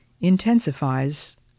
intensifies